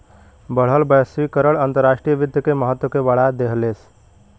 बढ़ल वैश्वीकरण अंतर्राष्ट्रीय वित्त के महत्व के बढ़ा देहलेस